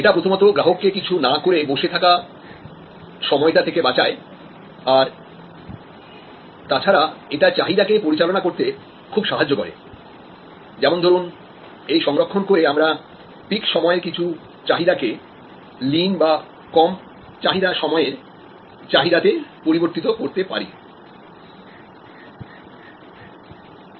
এটা প্রথমত গ্রাহককে কিছু না করে বসে থাকা সময়টা থেকে বাঁচায় আর তাছাড়া এটা চাহিদাকে পরিচালনা করতে খুব সাহায্য করে যেমন ধরুন এই তথ্য জেনে রাখা যে পূর্বে আমরা যে ইন্সেন্টিভ দিয়েছিলাম সেটা পিক সময়ের চাহিদা কে লিন সময়ের চাহিদা তে পরিবর্তিত করতে কতটা সাহায্য করেছে